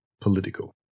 political